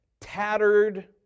tattered